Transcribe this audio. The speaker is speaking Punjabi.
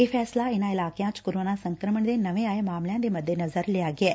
ਇਹ ਫੈਸਲਾ ਇਨ੍ਹਾਂ ਇਲਾਕਿਆਂ ਚ ਕੋਰੋਨਾ ਸੰਕਰਮਣ ਦੇ ਨਵੇ ਆਏ ਮਾਮਲਿਆਂ ਦੇ ਮੱਦੇਨਜ਼ਰ ਲਿਆ ਗਿਐ